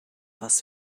was